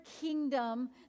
kingdom